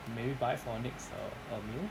maybe buy for next um err meal